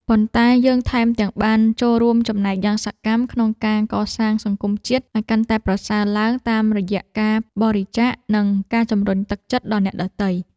ប៉ុន្តែយើងថែមទាំងបានចូលរួមចំណែកយ៉ាងសកម្មក្នុងការកសាងសង្គមជាតិឱ្យកាន់តែប្រសើរឡើងតាមរយៈការបរិច្ចាគ និងការជម្រុញទឹកចិត្តដល់អ្នកដទៃ។